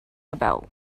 about